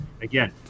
again